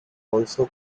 also